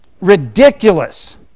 ridiculous